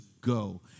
go